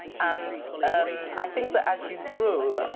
and um i think that as you grow,